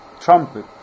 trumpet